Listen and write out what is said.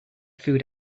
food